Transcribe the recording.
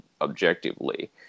objectively